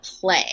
play